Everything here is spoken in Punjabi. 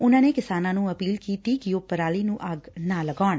ਉਨੂਾਂ ਨੇ ਕਿਸਾਨਾਂ ਨੂੰ ਅਪੀਲ ਕੀਤੀ ਕਿ ਉਹ ਪਰਾਲੀ ਨੁੰ ਅੱਗ ਨਾ ਲਗਾਉਣ